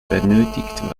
benötigt